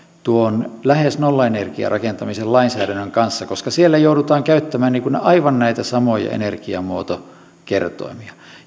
tuon lähes nollaenergiarakentamisen lainsäädännön kanssa koska siellä joudutaan käyttämään näitä aivan samoja energiamuotokertoimia